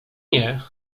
nie